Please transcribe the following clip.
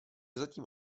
zatím